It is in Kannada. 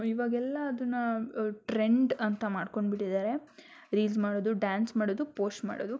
ಇವಾಗೆಲ್ಲ ಅದನ್ನು ಟ್ರೆಂಡ್ ಅಂತ ಮಾಡ್ಕೊಂಡು ಬಿಟ್ಟಿದ್ದಾರೆ ರೀಲ್ಸ್ ಮಾಡೋದು ಡ್ಯಾನ್ಸ್ ಮಾಡೋದು ಪೋಶ್ಟ್ ಮಾಡೋದು